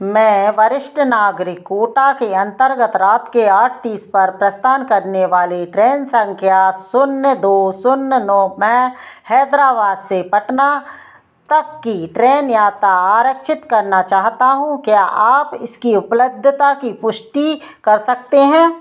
मैं वरिष्ट नागरिक कोटा के अन्तर्गत रात के आठ तीस पर प्रस्थान करने वाली ट्रेन संख्या शून्य दो शून्य नौ में हैदराबाद से पटना तक की ट्रेन यात्रा आरक्षित करना चाहता हूँ क्या आप इसकी उपलब्धता की पुष्टि कर सकते हैं